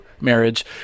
Marriage